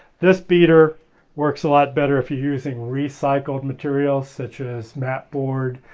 this beater works a lot better if your using recycled materials such as matte board,